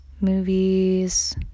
movies